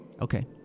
Okay